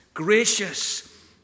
gracious